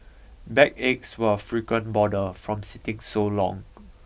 backaches were a frequent bother from sitting so long